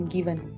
Given